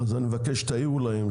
אני מבקש שתעירו להם,